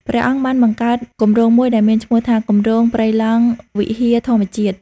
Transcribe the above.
ព្រះអង្គបានបង្កើតគម្រោងមួយដែលមានឈ្មោះថា "គម្រោងព្រៃឡង់វិហារធម្មជាតិ"។